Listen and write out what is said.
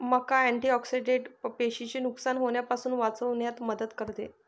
मका अँटिऑक्सिडेंट पेशींचे नुकसान होण्यापासून वाचविण्यात मदत करते